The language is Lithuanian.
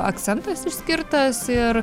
akcentas išskirtas ir